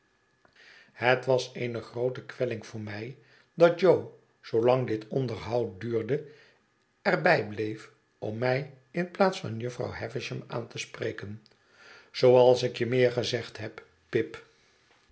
het was eene groote kwelling voor mij dat jo zoolang dit onderhoud duurde er bij bleef om mij in plaats van jufvrouw havisham aan te spreken zooals ik je meer gezegd heb pip